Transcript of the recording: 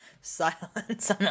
Silence